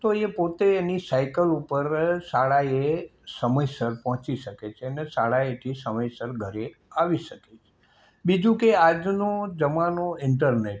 તો પોતે એની સાઇકલ ઉપર શાળાએ સમયસર પહોંચી શકે છે અને શાળાએથી સમયસર ઘરે આવી શકે બીજું કે આજનો જમાનો ઇન્ટરનેટનો છે